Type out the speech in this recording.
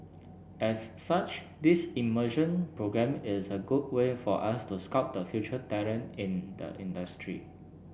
as such this immersion programme is a good way for us to scout of the future talent in the industry